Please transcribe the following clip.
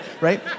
right